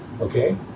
Okay